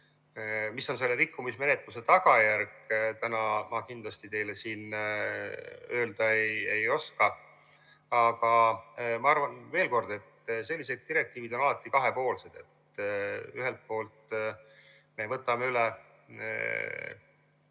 selle rikkumismenetluse tagajärg, täna ma teile siin kindlasti öelda ei oska. Aga ma arvan veel kord, et sellised direktiivid on alati kahepoolsed, ühelt poolt me võtame üle Euroopa